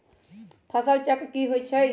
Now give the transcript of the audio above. फसल चक्र की होई छै?